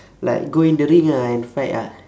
like go in the ring ah and fight ah